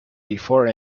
before